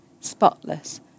spotless